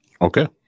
Okay